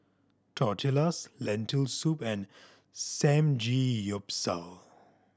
Tortillas Lentil Soup and Samgeyopsal